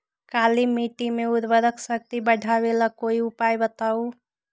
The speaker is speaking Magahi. काली मिट्टी में उर्वरक शक्ति बढ़ावे ला कोई उपाय बताउ?